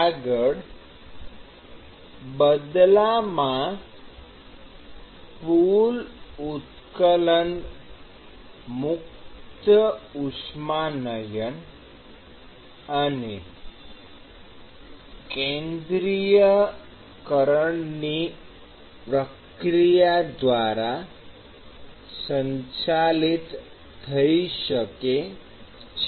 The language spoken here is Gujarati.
આગળ બદલામાં પૂલ ઉત્કલન મુક્ત ઉષ્માનયન અથવા કેન્દ્રિયકરણની પ્રક્રિયા દ્વારા સંચાલિત થઈ શકે છે